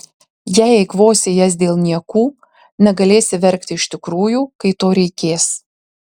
jei eikvosi jas dėl niekų negalėsi verkti iš tikrųjų kai to reikės